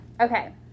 Okay